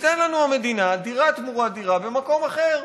תיתן לנו המדינה דירה תמורת דירה במקום אחר,